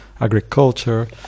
agriculture